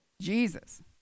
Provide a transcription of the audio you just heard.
Jesus